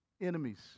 enemies